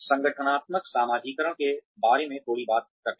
संगठनात्मक समाजीकरण के बारे में थोड़ी बात करते हैं